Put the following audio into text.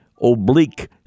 oblique